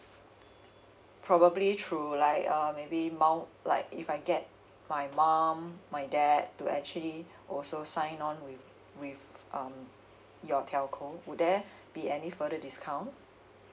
probably through like uh maybe mum like if I get my mum my dad to actually also sign on with with um your telco would there be any further discount